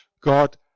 God